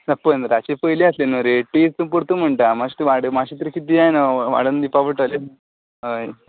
ना पंदराशें पयलीं आसलीं न्हू रेट ती तूं परतूय म्हणटा मात्शी वाडय मात्शी कितें तरी दिया न्हू वाडोवन दिवपा पडटली हय